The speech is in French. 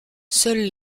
seule